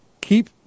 keep